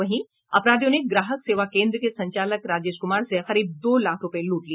वहीं अपराधियों ने ग्राहक सेवा केंद्र के संचालक राजेश कुमार से करीब दो लाख रूपये लूट लिए